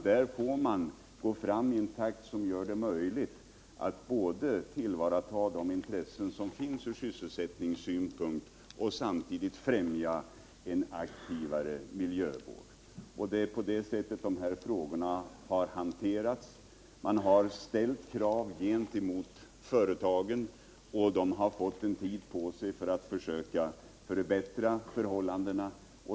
Där får man gå fram i en takt, som gör det möjligt att både tillgodose sysselsättningsintressena och samtidigt främja en aktivare miljövård. På det sättet har dessa frågor hanterats. Man har ställt krav på företagen, vilka fått tid på sig för att försöka förbättra förhållandena.